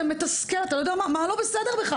זה מתסכל, אני לא מבינה מה לא בסדר בך.